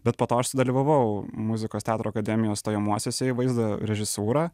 bet po to aš sudalyvavau muzikos teatro akademijos stojamuosiuose į vaizdo režisūrą